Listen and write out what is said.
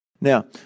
Now